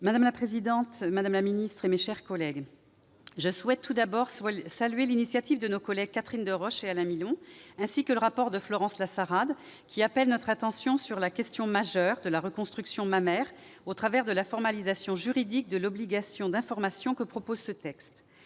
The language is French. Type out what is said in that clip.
Madame la présidente, madame la ministre, mes chers collègues, je souhaite tout d'abord saluer l'initiative de nos collègues Catherine Deroche et Alain Milon, ainsi que le rapport de Florence Lassarade, qui appelle notre attention sur la question majeure de la reconstruction mammaire au travers de la formalisation juridique de l'obligation d'information que prévoit ce texte.